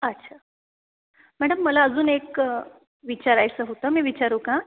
अच्छा मॅडम मला अजून एक विचारायचं होतं मी विचारू का